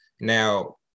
Now